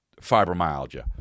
fibromyalgia